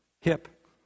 hip